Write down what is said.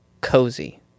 cozy